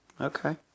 Okay